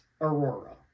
Aurora